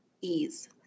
ease